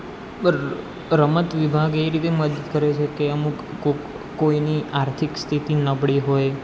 રમત વિભાગ એ રીતે મદદ કરે છે કે અમુક કોઈની આર્થિક સ્થિતિ નબળી હોય